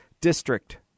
district